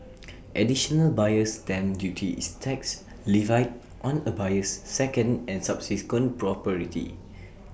additional buyer's stamp duty is tax levied on A buyer's second and subsequent property